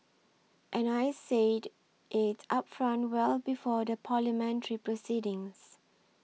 and I said it upfront well before the Parliamentary proceedings